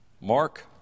Mark